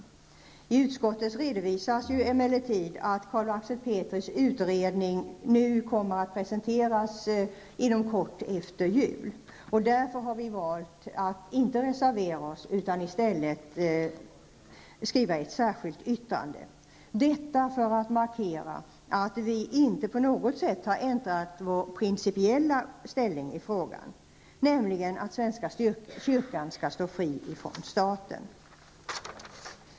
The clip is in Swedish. I utskottets betänkande redovisas emellertid att Carl Axel Petris utredning kommer att presenteras en kort tid efter jul. Därför har vi valt att inte reservera oss utan att i stället skriva ett särskilt yttrande, detta för att markera att vi inte på något sätt har ändrat vår principiella inställning i frågan, nämligen att svenska kyrkan skall stå fri från staten.